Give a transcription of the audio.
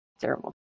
terrible